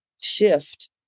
shift